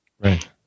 right